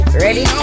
Ready